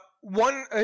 One